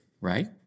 right